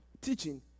teaching